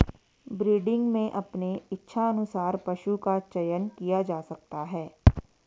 breeding में अपने इच्छा अनुसार पशु का चयन किया जा सकता है